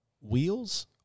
Wheels